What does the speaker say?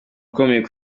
ukomeye